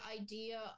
idea